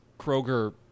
Kroger